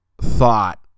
thought